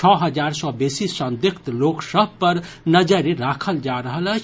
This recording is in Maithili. छओ हजार सँ बेसी संदिग्ध लोक सभ पर नजरि राखल जा रहल अछि